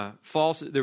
false